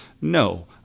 No